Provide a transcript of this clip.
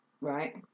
Right